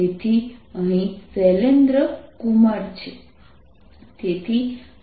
તેથી અહીં શૈલેન્દ્ર કુમાર છે